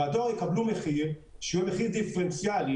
והדואר יקבלו מחיר שהוא יהיה מחיר דיפרנציאלי,